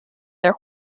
their